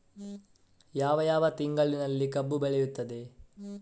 ಯಾವ ಯಾವ ತಿಂಗಳಿನಲ್ಲಿ ಕಬ್ಬು ಬೆಳೆಯುತ್ತದೆ?